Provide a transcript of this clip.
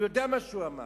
הוא ידע מה שהוא אמר.